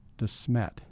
DeSmet